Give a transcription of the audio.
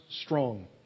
strong